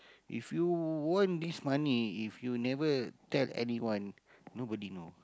if you won this money if you never tell anyone nobody know